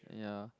ya